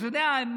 אתה יודע,